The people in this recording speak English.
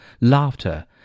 laughter